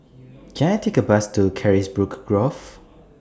Can I Take A Bus to Carisbrooke Grove